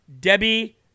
Debbie